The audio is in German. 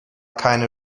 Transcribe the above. keine